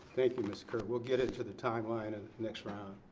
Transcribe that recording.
thank you, ms. kerr. we'll get into the timeline and next. um